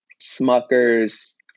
Smucker's